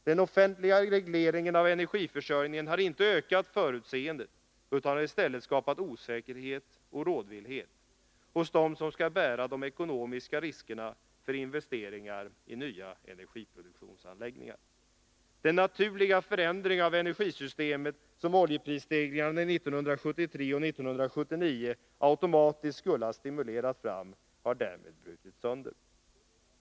Den offentliga regleringen av energiförsörjningen har inte ökat förutseendet utan har i stället skapat osäkerhet och rådvillhet hos dem som skall bära de ekonomiska riskerna för investeringar i nya energiproduktionsanläggningar. Den naturliga förändring av energisystemet som oljeprisstegringarna 1973 och 1979 automatiskt skulle ha stimulerat fram har brutits sönder.